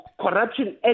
corruption